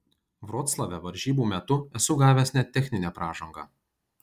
vroclave varžybų metu esu gavęs net techninę pražangą